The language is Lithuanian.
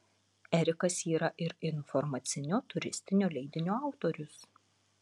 erikas yra ir informacinio turistinio leidinio autorius